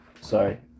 Sorry